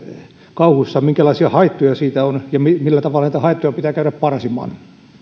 kauhuissaan minkälaisia haittoja siitä on ja millä tavalla näitä haittoja pitää käydä parsimaan